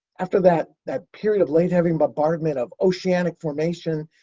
after that that period of late heavy bombardment, of oceanic formation,